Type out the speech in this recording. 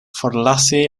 forlasi